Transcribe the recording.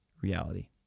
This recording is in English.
reality